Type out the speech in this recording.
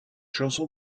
chanson